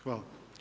Hvala.